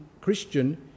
Christian